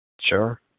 Sure